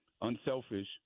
unselfish